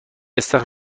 استخر